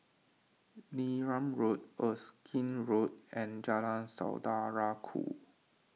Neram Road Erskine Road and Jalan Saudara Ku